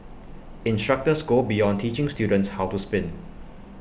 instructors go beyond teaching students how to spin